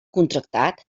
contractat